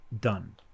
done